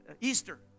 Easter